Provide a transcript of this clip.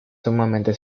sumamente